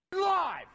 Live